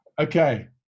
okay